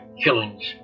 killings